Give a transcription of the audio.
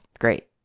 Great